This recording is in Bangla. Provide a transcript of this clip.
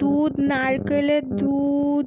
দুধ নারকেলের দুধ